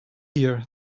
here